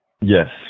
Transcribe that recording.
Yes